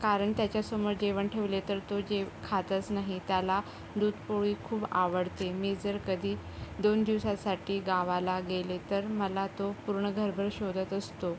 कारण त्याच्यासमोर जेवण ठेवले तर तो जेव खातच नाही त्याला दूध पोळी खूप आवडते मी जर कधी दोन दिवसासाठी गावाला गेले तर मला तो पूर्ण घरभर शोधत असतो